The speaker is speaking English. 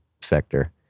sector